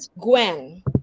Gwen